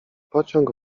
pociąg